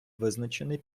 визначений